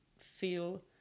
feel